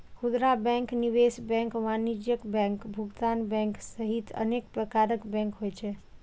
खुदरा बैंक, निवेश बैंक, वाणिज्यिक बैंक, भुगतान बैंक सहित अनेक प्रकारक बैंक होइ छै